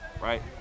right